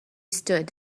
stood